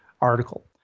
article